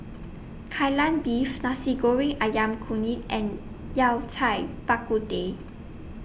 Kai Lan Beef Nasi Goreng Ayam Kunyit and Yao Cai Bak Kut Teh